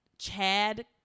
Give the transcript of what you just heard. Chad